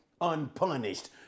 unpunished